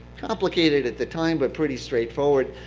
complicated at the time, but pretty straightforward.